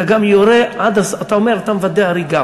אתה גם יורה עד הסוף, אתה אומר, אתה מוודא הריגה.